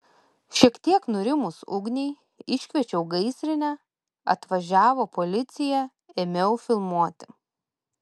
šiek tiek nurimus ugniai iškviečiau gaisrinę atvažiavo policija ėmiau filmuoti